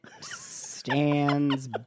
stands